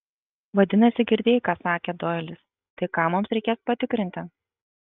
vadinasi girdėjai ką sakė doilis tai ką mums reikės patikrinti